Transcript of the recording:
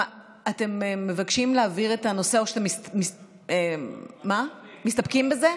אתם מבקשים להעביר את הנושא או מסתפקים בזה?